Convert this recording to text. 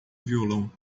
violão